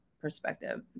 perspective